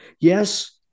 Yes